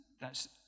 thats